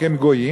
כי הם גויים,